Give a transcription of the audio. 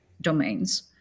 domains